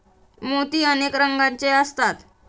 मोती अनेक रंगांचे असतात